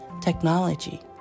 technology